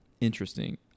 Interesting